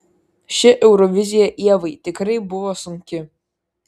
ši eurovizija ievai tikrai buvo sunki